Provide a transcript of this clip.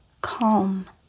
calm